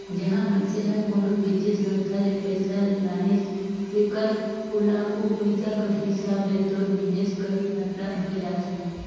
जहां मइनसे हर कोनो बित्तीय संस्था ले पइसा लानिस तेकर ओला ओ पइसा कर हिसाब ले तोर बिजनेस कर पाटनर होए जाथे